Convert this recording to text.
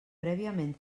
prèviament